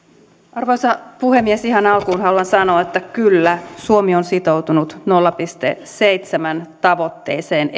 arvoisa puhemies ihan alkuun haluan sanoa että kyllä suomi on sitoutunut nolla pilkku seitsemän tavoitteeseen